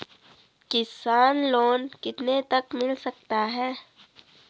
किसान लोंन कितने तक मिल सकता है?